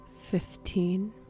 Fifteen